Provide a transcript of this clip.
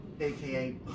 AKA